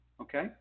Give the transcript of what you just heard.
okay